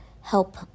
help